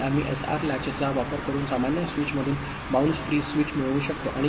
आणि आम्ही एसआर लॅचचा वापर करून सामान्य स्विचमधून बाऊन्स फ्री स्विच मिळवू शकतो